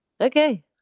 okay